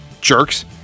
Jerks